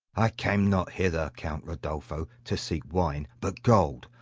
i came not hither, count rodolpho, to seek wine, but gold.